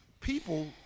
people